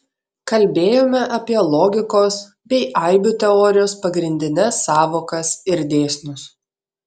kalbėjome apie logikos bei aibių teorijos pagrindines sąvokas ir dėsnius